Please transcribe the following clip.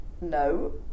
no